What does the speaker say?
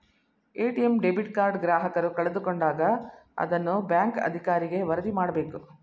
ATM debit card ಗ್ರಾಹಕರು ಕಳೆದುಕೊಂಡಾಗ ಅದನ್ನ ಬ್ಯಾಂಕ್ ಅಧಿಕಾರಿಗೆ ವರದಿ ಮಾಡಬೇಕು